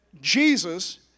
Jesus